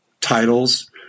titles